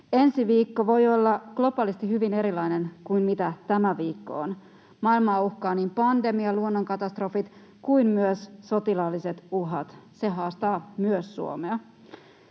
Ensi viikko voi olla globaalisti hyvin erilainen kuin tämä viikko on. Maailmaa uhkaa niin pandemia, luonnonkatastrofit kuin myös sotilaalliset uhat. Se haastaa myös Suomea.